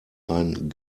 ein